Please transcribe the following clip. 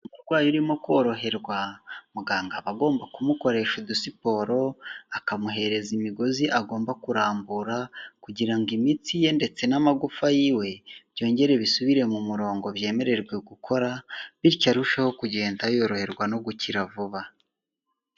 Umurwayi urimo koroherwa muganga aba agomba kumukoresha udusiporo, akamuhereza imigozi agomba kurambura kugira ngo imitsi ye ndetse n'amagufa yiwe byongere bisubire mu murongo byemererwe gukora, bityo arusheho kugenda yoroherwa no gukira vuba.